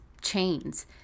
chains